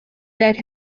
that